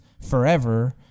forever